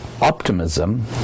Optimism